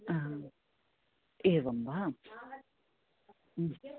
एवं वा